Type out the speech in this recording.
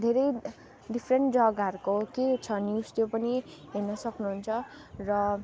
धेरै डिफ्रेन्ट जग्गाहरूको के छ न्युज त्यो पनि हेर्नु सक्नुहुन्छ र